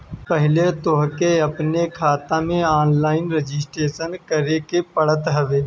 पहिले तोहके अपनी खाता के ऑनलाइन रजिस्टर करे के पड़त हवे